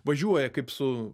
važiuoja kaip su